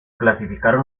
clasificaron